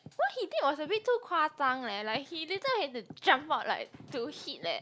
what he did was a bit too kua zhang leh like he literal have to jump up like to hit leh